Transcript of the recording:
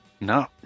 no